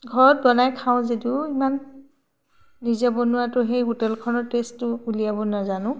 ঘৰত বনাই খাওঁ যদিও ইমান নিজে বনোৱাটো সেই হোটেলখনৰ টেষ্টটো উলিয়াব নাজানো